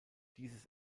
dieses